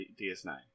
DS9